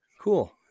Cool